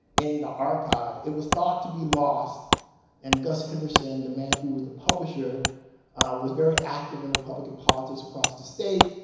in the archive. it was thought to be lost and gus henderson the man who was the publisher was very active in republican politics across the state.